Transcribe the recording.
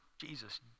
Jesus